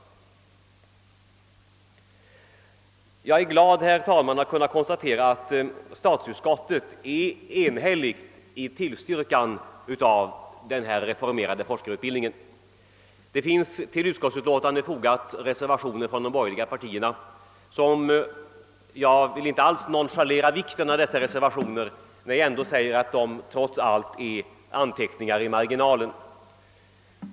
Jag är glad, herr talman, att kunna konstatera att statsutskottet är enigt i sin tillstyrkan av den reformerade forskarutbildningen. Det finns reservationer från de borgerliga partierna fogade till utskottsutlåtandet. Jag vill inte alls nonchalera dessa reservationer, men de är trots allt ändå bara anteckningar i marginalen.